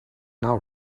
now